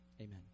Amen